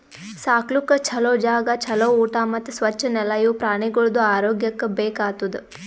ಸಾಕ್ಲುಕ್ ಛಲೋ ಜಾಗ, ಛಲೋ ಊಟಾ ಮತ್ತ್ ಸ್ವಚ್ ನೆಲ ಇವು ಪ್ರಾಣಿಗೊಳ್ದು ಆರೋಗ್ಯಕ್ಕ ಬೇಕ್ ಆತುದ್